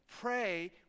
pray